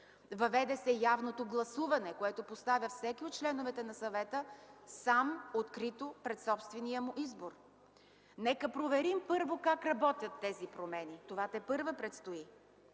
Въведе се явното гласуване, което поставя всеки от членовете на съвета сам, открито пред собствения му избор. Нека проверим първо как работят тези промени – това тепърва предстои.